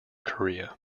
korea